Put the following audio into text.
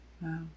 Wow